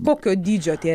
kokio dydžio tie